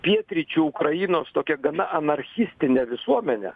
pietryčių ukrainos tokią gana anarchistinę visuomenę